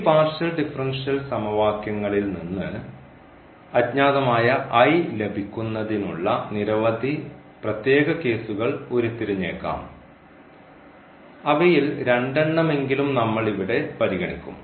ഈ partial differential സമവാക്യങ്ങളിൽ നിന്ന് അജ്ഞാതമായ ലഭിക്കുന്നതിനുള്ള നിരവധി പ്രത്യേക കേസുകൾ ഉരുത്തിരിഞ്ഞേക്കാം അവയിൽ രണ്ടെണ്ണമെങ്കിലും നമ്മൾ ഇവിടെ പരിഗണിക്കും